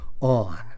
on